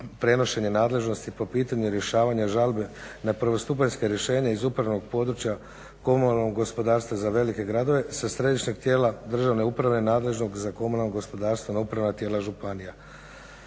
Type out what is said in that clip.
prenošenje nadležnosti po pitanju rješavanja žalbe na prvostupanjska rješenja iz upravnog područja komunalnog gospodarstva za velike gradove sa središnjeg tijela dražvne uprave nadležnog za komunalno gospodarstvo na upravna tijela županija.